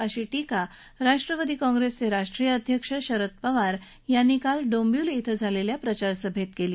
अशी टिका राष्ट्रवादी कॉंप्रेसचे राष्ट्रीय अध्यक्ष शरद पवार यांनी काल डोंबिवलीत झालेल्या प्रचारसभेत केली